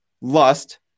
lust